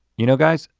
you know, guys,